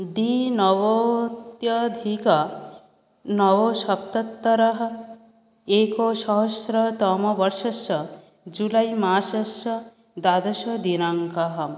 द्विनवत्यधिकनवसप्तत्तरः एकसहस्रतमवर्षस्य जुलैमासस्य द्वादशदिनाङ्कः